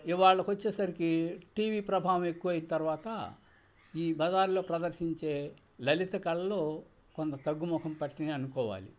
ఇవాళ్ళకొచ్చేసరికి TV ప్రభావం ఎక్కువైన క తరువాత ఈ బజార్లో ప్రదర్శించే లలిత కళలు కొంత తగ్గు ముఖం పట్టాయి అనుకోవాలి